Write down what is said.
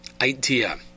idea